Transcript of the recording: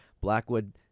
Blackwood